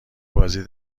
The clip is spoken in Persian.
بازی